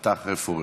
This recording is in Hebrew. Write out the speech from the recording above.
אתה אחרי פורר.